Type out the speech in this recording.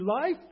life